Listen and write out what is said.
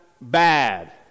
bad